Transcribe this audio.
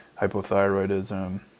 hypothyroidism